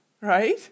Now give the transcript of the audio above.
right